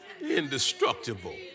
Indestructible